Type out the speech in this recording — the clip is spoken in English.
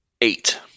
Eight